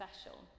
special